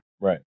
right